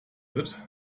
wird